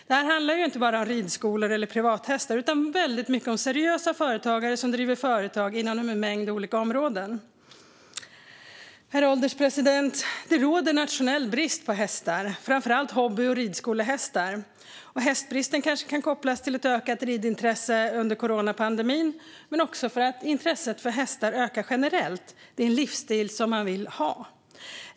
Det handlar inte bara om ridskolor eller privathästar utan väldigt mycket om seriösa företagare som driver företag inom en mängd olika områden. Herr ålderspresident! Det råder nationell brist på hästar, framför allt hobby och ridskolehästar. Hästbristen kanske kan kopplas till ett ökat ridintresse under coronapandemin men också till att intresset för hästar ökar generellt. Det är en livsstil som man vill ha.